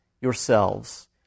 yourselves